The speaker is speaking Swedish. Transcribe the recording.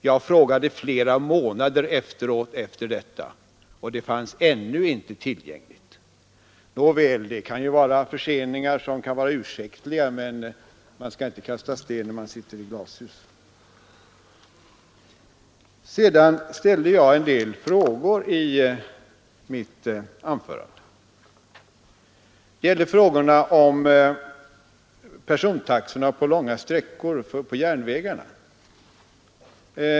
Jag frågade flera månader efteråt efter detta, och det finns ännu inte tillgängligt. Nåväl, förseningar kan vara ursäktliga, men man skall inte kasta sten när man sitter i glashus. Sedan ställde jag en del frågor i mitt anförande. En fråga gällde persontaxorna på långa sträckor på järnvägarna.